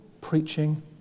preaching